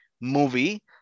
movie